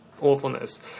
awfulness